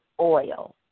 oil